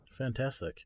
Fantastic